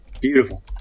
Beautiful